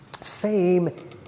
Fame